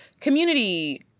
community